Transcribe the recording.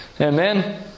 Amen